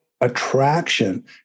attraction